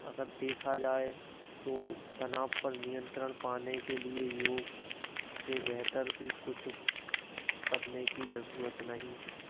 अगर देखा जाए तो तनाव पर नियंत्रण पाने एक लिए योग से बेहतर भी कुछ करने की जरुरत नहीं है